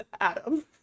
Adam